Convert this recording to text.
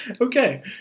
Okay